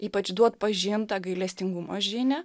ypač duot pažint tą gailestingumo žinią